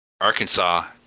Arkansas